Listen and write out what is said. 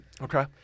Okay